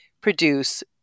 produce